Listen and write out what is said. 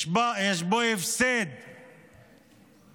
יש פה גם הפסד תדמיתי.